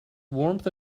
warmth